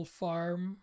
farm